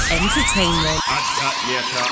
Entertainment